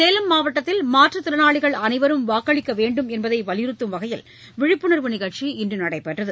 சேலம் மாவட்டத்தில் மாற்றுத் திறனாளிகள் அனைவரும் வாக்களிக்க வேண்டும் என்பதை வலியுறுத்தும் வகையில் விழிப்புணர்வு நிகழ்ச்சி இன்று நடைபெற்றது